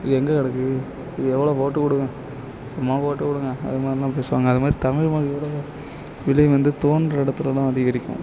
இது எங்கே கடக்கு இது எவ்வளோ போட்டுவிடுங்க சும்மா போட்டுவிடுங்க அது மாதிரிலாம் பேசுவாங்கள் அது மாதிரி தமிழ் மொழியோடய விலை வந்து தோன்றுற இடத்துலலாம் அதிகரிக்கும்